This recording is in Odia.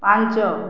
ପାଞ୍ଚ